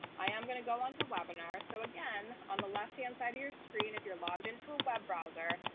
i am going to go on to webinars. so again, on the left hand side of your screen, if you're logged into a web browser,